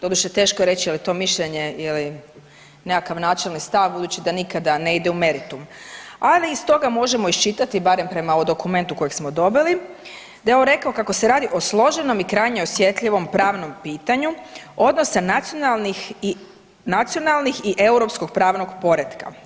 Doduše teško je reći je li to mišljenje ili nekakav načelni stav budući da nikada ne ide u meritum, ali iz toga možemo iščitati barem prema ovom dokumentu kojeg smo dobili da je on rekao kako se radi o složenom i krajnje osjetljivom pravnom pitanju odnosa nacionalnih i europskog pravnog poretka.